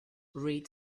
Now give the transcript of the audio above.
read